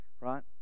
right